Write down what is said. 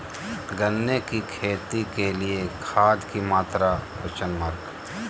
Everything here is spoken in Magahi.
गन्ने की खेती के लिए खाद की मात्रा?